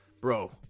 Bro